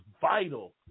vital